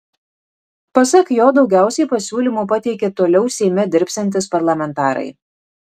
pasak jo daugiausiai pasiūlymų pateikė toliau seime dirbsiantys parlamentarai